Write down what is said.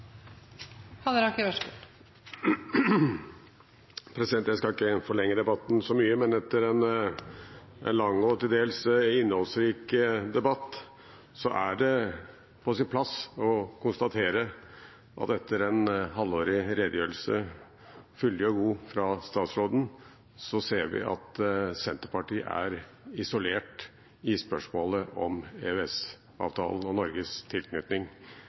forlenge debatten så mye, men etter en lang og til dels innholdsrik debatt er det på sin plass å konstatere at etter en halvårlig redegjørelse, fyldig og god, fra statsråden ser vi at Senterpartiet er isolert i spørsmålet om EØS-avtalen og Norges tilknytning.